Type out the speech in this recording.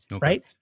right